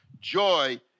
joy